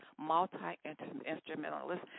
multi-instrumentalist